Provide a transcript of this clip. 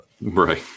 Right